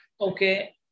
okay